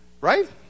Right